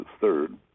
third